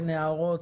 אין הערות,